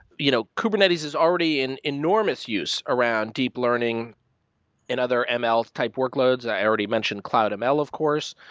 you know kubernetes is already an enormous use around deep learning and other ml-type workloads. i already mentioned cloudml, of course.